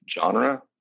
genre